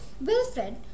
Wilfred